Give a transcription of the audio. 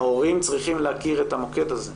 ההורים צריכים להכיר את המוקד הזה.